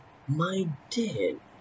my dad